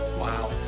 wow.